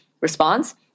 response